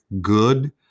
Good